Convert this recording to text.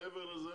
מעבר לזה